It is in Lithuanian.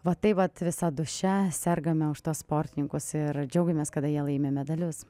va tai vat visa dūšia sergame už tuos sportininkus ir džiaugiamės kada jie laimi medalius